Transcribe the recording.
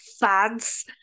fads